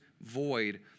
void